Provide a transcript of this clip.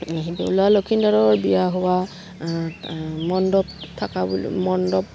লখিমদাৰৰ বিয়া হোৱা মণ্ডপ থকা বুলি মণ্ডপ